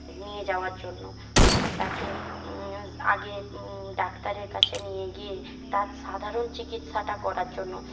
নিয়ে যাওয়ার জন্য তাকে আগে ডাক্তারের কাছে নিয়ে গিয়ে তার সাধারণ চিকিৎসাটা করার জন্য